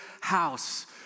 house